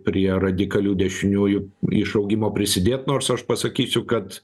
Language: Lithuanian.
prie radikalių dešiniųjų išaugimo prisidėt nors aš pasakysiu kad